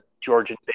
Georgian